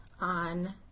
on